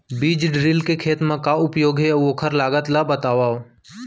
बीज ड्रिल के खेत मा का उपयोग हे, अऊ ओखर लागत ला बतावव?